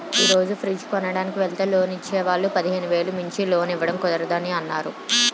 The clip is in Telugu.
ఈ రోజు ఫ్రిడ్జ్ కొనడానికి వెల్తే లోన్ ఇచ్చే వాళ్ళు పదిహేను వేలు మించి లోన్ ఇవ్వడం కుదరదని అన్నారు